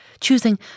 choosing